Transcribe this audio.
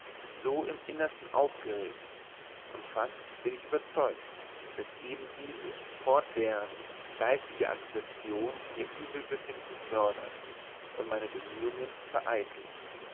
so im innersten aufgeregt und fast bin ich überzeugt daß eben diese fortwährende geistige agitation ihr übelbefinden fördert und meine bemühungen vereitelt